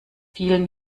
vielen